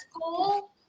school